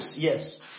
yes